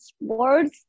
words